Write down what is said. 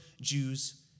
Jews